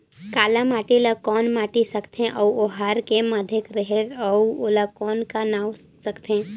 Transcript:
काला माटी ला कौन माटी सकथे अउ ओहार के माधेक रेहेल अउ ओला कौन का नाव सकथे?